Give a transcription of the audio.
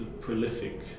prolific